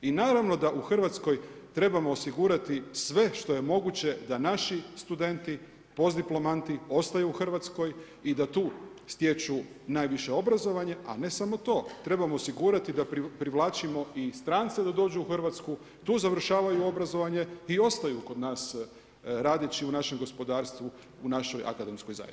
I naravni da u Hrvatskoj trebamo osigurati sve što je moguće da naši studenti, postdiplomanti ostaju u Hrvatskoj i da tu stječu najviše obrazovanje ali i ne samo to, trebamo osigurati da privlačimo i strance da dođu u Hrvatsku, tu završavaju obrazovanje i ostaju kod nas radeći u našem gospodarstvu, u našoj akademskoj zajednici.